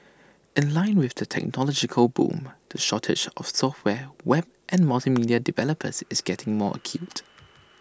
in line with the technological boom the shortage of software web and multimedia developers is getting more acute